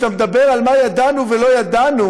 כשאתה מדבר על מה ידענו ומה לא ידענו,